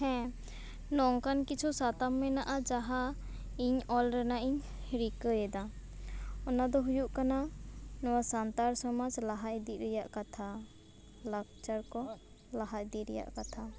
ᱦᱮᱸ ᱱᱚᱝᱠᱟᱱ ᱠᱤᱪᱷᱩ ᱥᱟᱛᱟᱢ ᱢᱮᱱᱟᱜᱼᱟ ᱡᱟᱦᱟᱸ ᱤᱧ ᱚᱞ ᱨᱮᱱᱟᱜ ᱤᱧ ᱨᱤᱠᱟᱹᱭᱮᱫᱟ ᱚᱱᱟ ᱫᱚ ᱦᱩᱭᱩᱜ ᱠᱟᱱᱟ ᱱᱚᱣᱟ ᱥᱟᱱᱛᱟᱲ ᱥᱚᱢᱟᱡᱽ ᱞᱟᱦᱟ ᱤᱫᱤ ᱨᱮᱭᱟᱜ ᱠᱟᱛᱷᱟ ᱞᱟᱠᱪᱟᱨ ᱠᱚ ᱞᱟᱦᱟ ᱤᱫᱤ ᱨᱮᱭᱟᱜ ᱠᱟᱛᱷᱟ